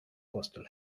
coastal